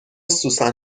سوسن